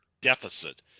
deficit